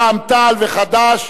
רע"ם-תע"ל וחד"ש.